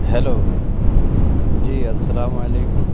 hello جی السلام علیکم